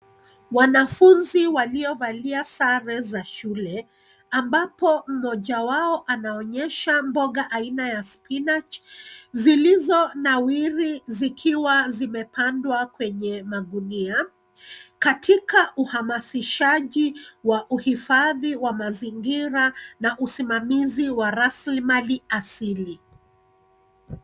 Wanafunzi waliovalia sare za shule, ambapo mmoja wao anaonyesha mboga aina ya spinach , zilizonawiri zikiwa zimepandwa kwenye magunia katika uhamasishaji wa uhifadhi wa mazingira na uzimamizi wa rasilimali asili.